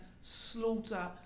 slaughter